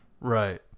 right